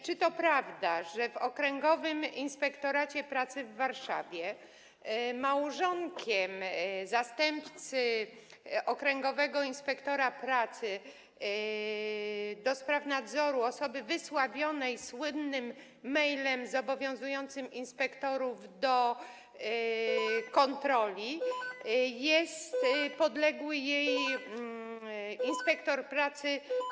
Czy to prawda, że w Okręgowym Inspektoracie Pracy w Warszawie małżonkiem zastępcy okręgowego inspektora pracy do spraw nadzoru, osoby osławionej słynnym mailem zobowiązującym inspektorów do kontroli, jest podległy tej osobie inspektor pracy?